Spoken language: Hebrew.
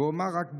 אומר רק בשמו,